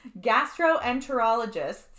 Gastroenterologists